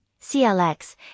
CLX